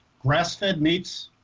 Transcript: grass-fed meats